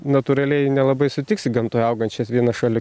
natūraliai nelabai sutiksi gamtoje augančias viena šalia